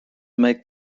make